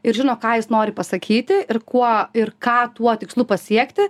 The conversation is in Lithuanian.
ir žino ką jis nori pasakyti ir kuo ir ką tuo tikslu pasiekti